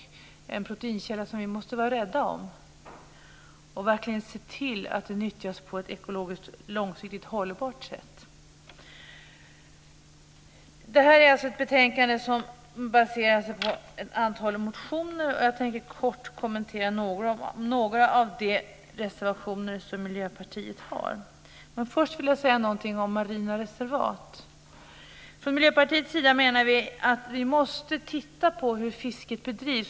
Det är en proteinkälla som vi måste vara rädda om, och vi måste verkligen se till att den nyttjas på ett ekologiskt långsiktigt hållbart sätt. Detta är ett betänkande som baserar sig på ett antal motioner. Jag tänker kort kommentera några av de reservationer som Miljöpartiet har. Men först vill jag säga någonting om marina reservat. Från Miljöpartiets sida menar vi att vi måste titta på hur fisket bedrivs.